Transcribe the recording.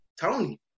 Tony